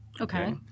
okay